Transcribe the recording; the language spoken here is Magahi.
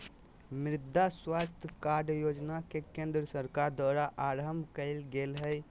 मृदा स्वास्थ कार्ड योजना के केंद्र सरकार द्वारा आरंभ कइल गेल हइ